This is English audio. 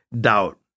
doubt